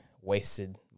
wasted